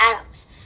Adams